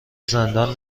زندان